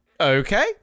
okay